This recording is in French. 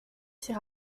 ces